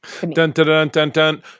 dun-dun-dun-dun-dun